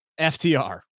FTR